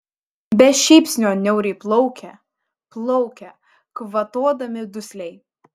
be šypsnio niauriai plaukia plaukia kvatodami dusliai